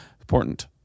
Important